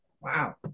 Wow